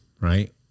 right